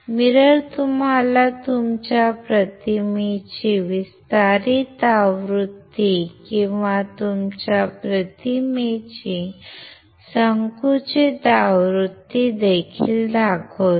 mirror तुम्हाला तुमच्या प्रतिमेची विस्तारित आवृत्ती किंवा तुमच्या प्रतिमेची संकुचित आवृत्ती देखील दाखवते